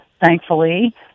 Thankfully